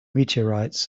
meteorites